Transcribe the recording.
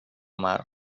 mar